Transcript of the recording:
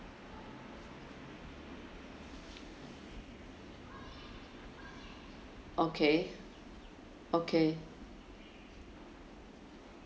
okay okay